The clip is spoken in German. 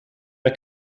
der